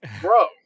bro